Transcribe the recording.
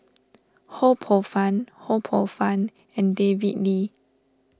Ho Poh Fun Ho Poh Fun and David Lee